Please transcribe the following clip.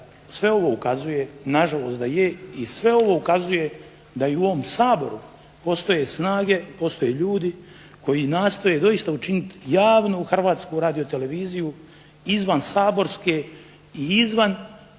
sve ovo ukazuje na žalost da je i sve ovo ukazuje da i u ovom Saboru postoje snage, postoje ljudi koji nastoje doista učiniti javnu Hrvatsku radioteleviziju izvansaborske i izvanustavne